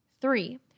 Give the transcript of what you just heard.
Three